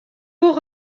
pour